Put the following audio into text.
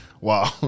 Wow